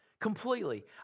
completely